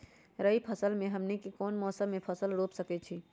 रबी फसल में हमनी के कौन कौन से फसल रूप सकैछि?